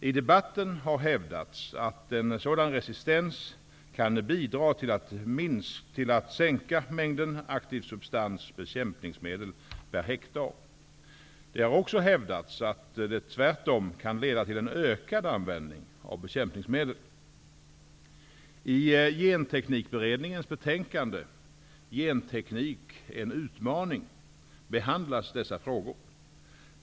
I debatten har hävdats att en sådan resistens kan bidra till att sänka mängden aktiv substans bekämpningsmedel per hektar. Det har också hävdats att det tvärtom kan leda till en ökad användning av bekämpningsmedel. I en utmaning behandlas dessa frågor.